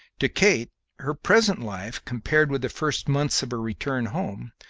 to kate her present life, compared with the first months of her return home,